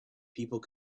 people